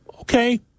okay